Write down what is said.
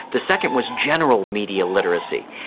the second was general media literacy.